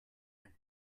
and